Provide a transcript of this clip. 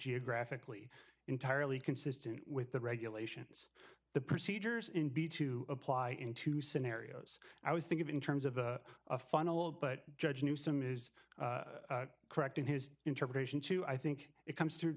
geographically entirely consistent with the regulations the procedures in b to apply in two scenarios i was thinking in terms of a funnel but judge newsome is correct in his interpretation too i think it comes t